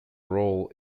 role